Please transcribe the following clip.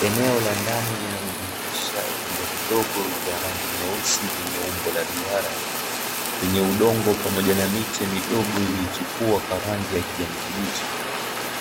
Eneo la ndani linalojumuisha vyombo vidogo vya rangi nyeusi vyenye umbo la duara, vyenye udongo pamoja na miche midogo iliyochipua kwa rangi ya kijani kibichi,